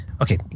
okay